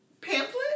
Pamphlet